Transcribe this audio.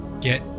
get